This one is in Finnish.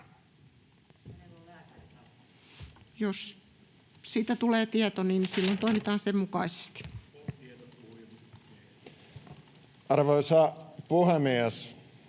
Jos siitä tulee tieto, niin silloin toimitaan sen mukaisesti. — Edustaja